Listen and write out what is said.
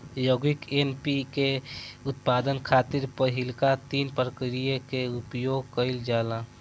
यौगिक एन.पी.के के उत्पादन खातिर पहिलका तीन प्रक्रिया के उपयोग कईल जाला